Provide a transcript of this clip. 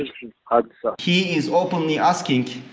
um so he is openly asking,